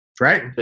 Right